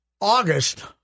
August